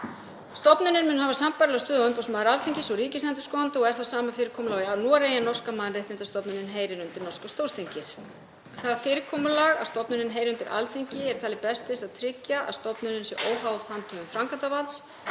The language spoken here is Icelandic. Stofnun mun hafa sambærilega stöðu og umboðsmaður Alþingis og ríkisendurskoðandi og er það sama fyrirkomulag og er í Noregi en norska mannréttindastofnunin heyrir undir norska Stórþingið. Það fyrirkomulag að stofnunin heyri undir Alþingi er talið best til þess að tryggja að stofnunin sé óháð handhöfum framkvæmdarvalds,